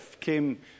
came